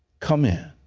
come in.